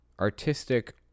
Artistic